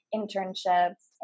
Internships